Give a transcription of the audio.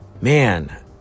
Man